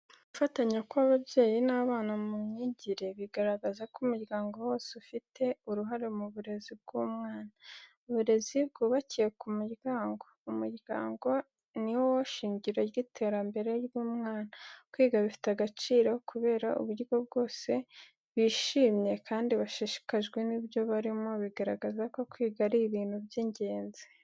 Gufatanya kw’ababyeyi n’abana mu myigire biragaragaza ko umuryango wose ufite uruhare mu burezi bw’umwana. Uburezi bwubakiye ku muryango. Umuryango ni wo shingiro ry’iterambere ry’umwana. Kwiga bifite agaciro kubera uburyo bose bishimye kandi bashishikajwe n’ibyo barimo, bigaragaza ko kwiga ari ibintu by’ingenzi.